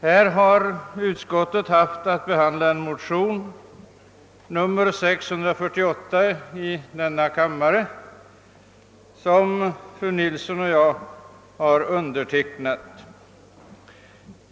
Här har utskottet haft att behandla en motion nr 648 i denna kammare, undertecknad av fru Nilsson och mig.